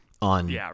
on